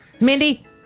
Mindy